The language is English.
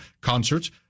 concerts